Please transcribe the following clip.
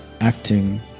acting